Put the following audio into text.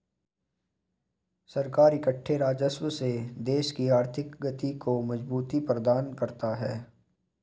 सरकार इकट्ठे राजस्व से देश की आर्थिक गति को मजबूती प्रदान करता है